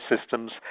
systems